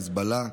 חיזבאללה.